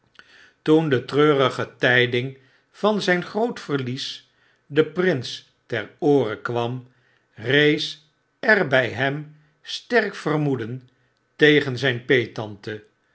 toen de treurige tiding van zyn groot verlies den prins ter oore kwam rees er by hem sterk vermoeden tegen zyn